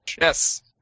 Yes